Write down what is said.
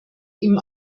ihm